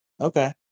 Okay